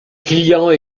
client